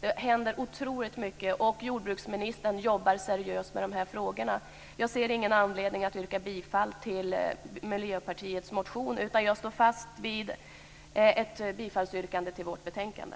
Det händer otroligt mycket, och jordbruksministern arbetar seriöst med de här frågorna. Jag ser ingen anledning att yrka bifall till Miljöpartiets motion, utan jag står fast vid ett bifallsyrkande till vårt betänkande.